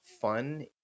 fun